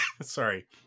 Sorry